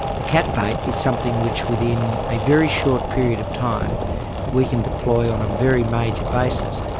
the cat bait is something which within a very short period of time we can deploy on a very major basis.